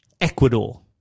Ecuador